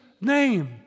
name